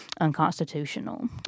unconstitutional